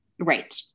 Right